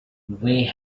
way